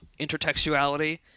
intertextuality